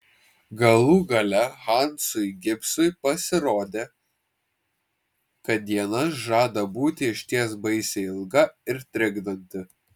galų gale hansui gibsui pasirodė kad diena žada būti išties baisiai ilga ir trikdanti